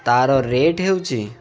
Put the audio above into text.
ତା'ର ରେଟ୍ ହେଉଛି